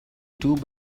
two